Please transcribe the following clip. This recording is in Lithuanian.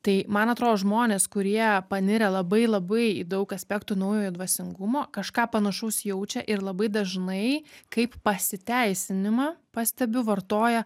tai man atrodo žmonės kurie panirę labai labai į daug aspektų naujojo dvasingumo kažką panašaus jaučia ir labai dažnai kaip pasiteisinimą pastebiu vartoja